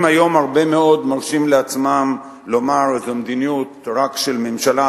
אם היום הרבה מאוד מרשים לעצמם לומר: זאת מדיניות רק של הממשלה,